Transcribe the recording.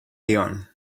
lyon